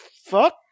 fuck